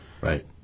Right